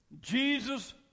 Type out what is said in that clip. Jesus